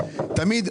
תמיד,